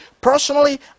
personally